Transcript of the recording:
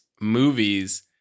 movies